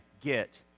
get